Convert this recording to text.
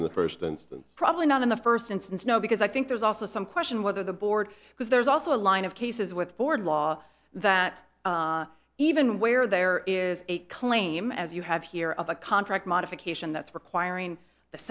in the first instance probably not in the first instance no because i think there's also some question whether the board because there's also a line of cases with board law that even where there is a claim as you have here of a contract modification that's requiring the